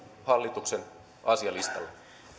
hallituksen asialistalla